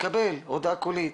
מקבל הודעה קולית